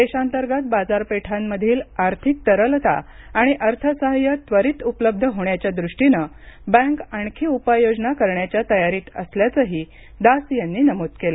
देशांतर्गत बाजारपेठांमधील आर्थिक तरलता आणि अर्थसाह्य त्वरित उपलब्ध होण्याच्या दृष्टीनं बँक आणखी उपाययोजना करण्याच्या तयारीत असल्याचंही दास यांनी नमूद केलं